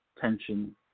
tension